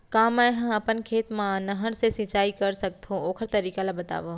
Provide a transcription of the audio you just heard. का मै ह अपन खेत मा नहर से सिंचाई कर सकथो, ओखर तरीका ला बतावव?